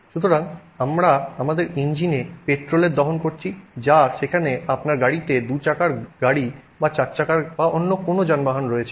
সুতরাং আমরা আমাদের ইঞ্জিনে পেট্রোলের দহন করছি যা সেখানে আপনার গাড়িতে দু চাকার গাড়ি বা চার চাকার বা অন্য কোনও যানবাহন রয়েছে